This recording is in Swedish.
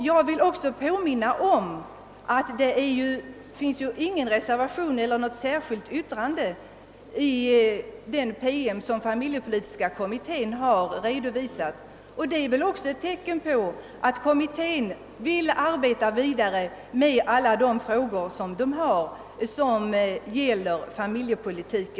Jag vill också påminna om att det inte finns någon reservation eller något särskilt yttrande i promemorian från familjepolitiska kommittén. Detta måste väl tydas så att man är överens om det framlagda förslaget och vill arbeta vidare med alla de frågor som har samband med vår familjepolitik.